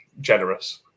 generous